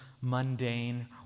mundane